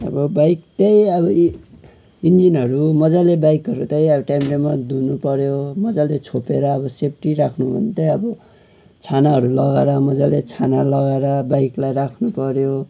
अब बाइक त्यही अब इन्जिनहरू मजाले बाइकहरू त्यही अब टाइम टाइममा धुनुपर्यो मजाले छोपेर अब सेफ्टी राख्नु त्यही अब छानाहरू लगाएर मजाले छाना लगाएर बाइकलाई राख्नुपर्यो